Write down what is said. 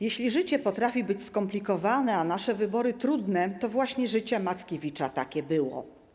Jeśli życie potrafi być skomplikowane, a nasze wybory trudne, to właśnie życie Mackiewicza takie było.